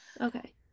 Okay